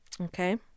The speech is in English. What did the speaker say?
Okay